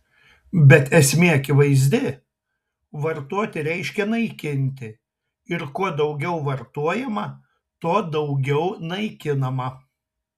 bet esmė akivaizdi vartoti reiškia naikinti ir kuo daugiau vartojama tuo daugiau naikinama